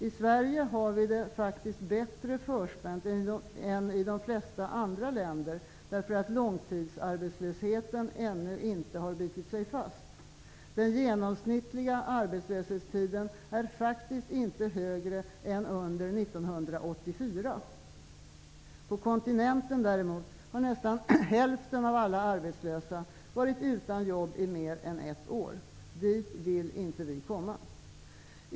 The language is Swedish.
I Sverige har vi det faktiskt bättre förspänt än i de flesta andra länder därför att långtidsarbetslösheten ännu inte har bitit sig fast. Den genomsnittliga arbetslöshetstiden är faktiskt inte högre än under 1984. På kontinenten däremot har nästan hälften av alla arbetslösa varit utan jobb i mer än ett år. Dit vill inte vi komma.